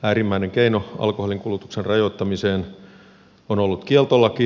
äärimmäinen keino alkoholinkulutuksen rajoittamiseen on ollut kieltolaki